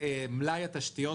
בשקף הזה אתם רואים את מלאי התשתיות